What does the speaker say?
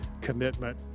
commitment